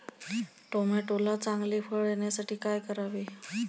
टोमॅटोला चांगले फळ येण्यासाठी काय करावे?